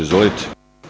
Izvolite.